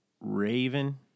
Raven